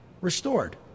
restored